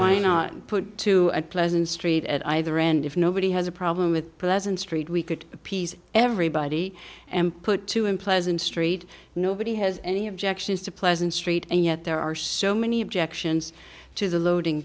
why not put to a pleasant street at either end if nobody has a problem with pleasant street we could piece everybody and put two in pleasant street nobody has any objections to pleasant street and yet there are so many objections to the loading